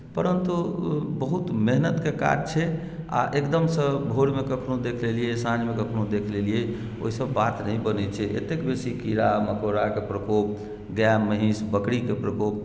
परन्तु बहुत मेहनतके काज छै आ एकदमसँ भोरमे कखनो देख लेलियै कखनो साँझमे कखनो देख लेलियै ओहिसँ बात नहि बनैत छै एतेक बेसी कीड़ा मकोड़ाके प्रकोप गाए महीँस बकरीके प्रकोप